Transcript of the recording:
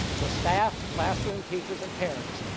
the staff, classroom, teachers, and parents,